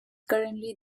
currently